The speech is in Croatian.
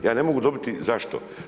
Ja ne mogu dobiti, zašto?